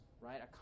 right